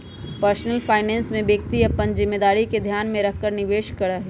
personal finance में व्यक्ति अपन जिम्मेदारी के ध्यान में रखकर निवेश करा हई